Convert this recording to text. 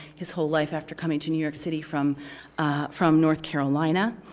his whole life, after coming to new york city from from north carolina.